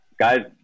Guys